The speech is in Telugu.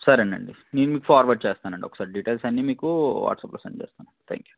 సరేనండి నేను మీకు ఫార్వర్డ్ చేస్తాను అండి ఒకసారి డీటెయిల్స్ అన్నీ మీకు వాట్సాప్లో సెండ్ చేస్తాను అండి థ్యాంక్ యూ